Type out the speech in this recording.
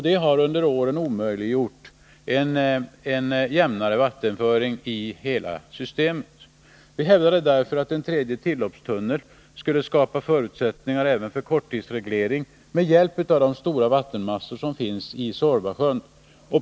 Det har under åren omöjliggjort en jämnare vattenföring i hela vattensystemet. Vi hävdade därför att en tredje tilloppstunnel skulle skapa förutsättningar även för korttidsreglering med hjälp av de stora vattenmassor som finns i Suorvasjön.